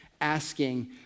asking